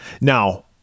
now